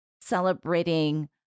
celebrating